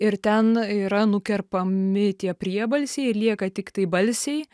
ir ten yra nukerpami tie priebalsiai ir lieka tiktai balsiai